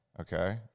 okay